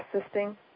assisting